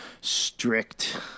strict